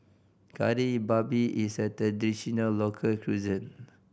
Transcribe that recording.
Kari Babi is a traditional local cuisine